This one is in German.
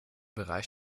bereich